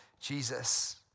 Jesus